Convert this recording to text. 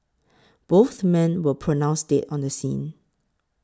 both men were pronounced dead on the scene